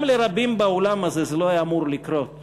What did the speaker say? גם לרבים באולם הזה זה לא היה אמור לקרות,